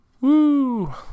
Woo